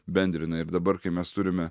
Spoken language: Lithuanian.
bendrina ir dabar kai mes turime